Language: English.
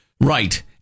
Right